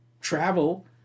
travel